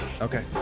okay